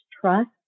trust